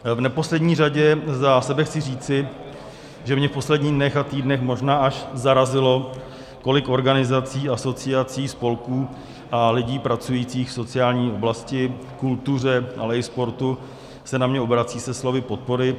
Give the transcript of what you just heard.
V neposlední řadě za sebe chci říci, že mě v posledních dnech a týdnech možná až zarazilo kolik organizací, asociací, spolků a lidí pracujících v sociální oblasti, kultuře, ale i sportu se na mě obrací se slovy podpory.